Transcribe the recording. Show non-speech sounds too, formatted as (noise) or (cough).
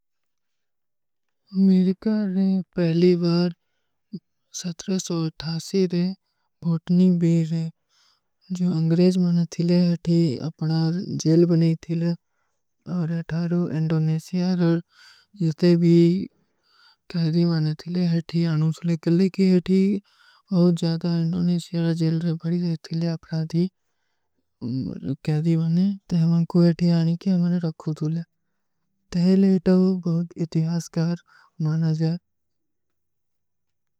ମେରେ କାରେଂ ପହଲୀ ବାର (hesitation) ସତ୍ରେ ସୋ ଅଥାସୀ ରେଂ, ଭୋଟନୀ ବୀ ରେଂ, ଜୋ ଅଂଗ୍ରେଜ ମନ ଥୀଲେ ହୈ ଥୀ, ଅପନା ଜେଲ ବନୀ ଥୀଲେ, ଔର ଏଠାରୋ ଏଂଡୋନେଶିଯା ରେଂ, ଜିତେ ଭୀ (hesitation) କୈଦୀ ମନ ଥୀଲେ ହୈ ଥୀ, ଅନୁସଲେ କିଲେ କୀ ହୈ ଥୀ, ଔର ଜ୍ଯାଦା ଏଂଡୋନେଶିଯା ଜେଲ ରେଂ ବଡୀ ଥୀଲେ, ଅପ ଖୁଦୂଲେ, ତେଲେ ଇତା ଵୋ ବହୁତ ଇତିହାସକାର ନାନା ଜାଯା।